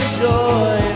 joy